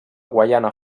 guaiana